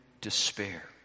despair